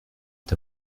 est